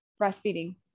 breastfeeding